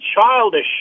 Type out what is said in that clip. childish